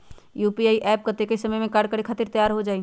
UPI app कतेइक समय मे कार्य करे खातीर तैयार हो जाई?